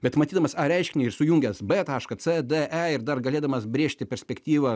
bet matydamas a reiškinį ir sujungęs b tašką c d e ir dar galėdamas brėžti perspektyvą